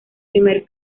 primer